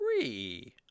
three